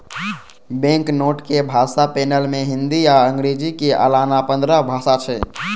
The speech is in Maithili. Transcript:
बैंकनोट के भाषा पैनल मे हिंदी आ अंग्रेजी के अलाना पंद्रह भाषा छै